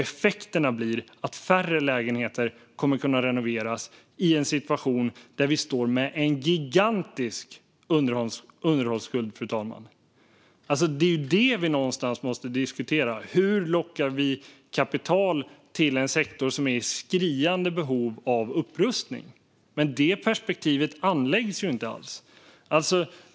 Effekten blir att färre lägenheter kommer att kunna renoveras i en situation där vi står med en gigantisk underhållsskuld, fru talman. Det är alltså detta vi måste diskutera: Hur lockar vi kapital till en sektor som är i skriande behov av upprustning? Men det perspektivet anläggs inte alls.